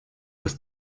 was